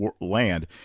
land